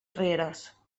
rieres